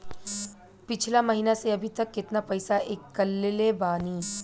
पिछला महीना से अभीतक केतना पैसा ईकलले बानी?